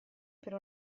per